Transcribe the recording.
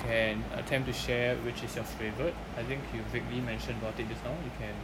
and attempt to share which is your favourite I think you vaguely mentioned about it just now you can